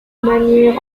manière